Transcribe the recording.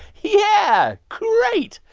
yeah! great.